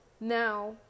Now